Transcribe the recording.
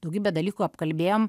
daugybę dalykų apkalbėjom